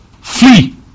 flee